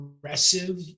aggressive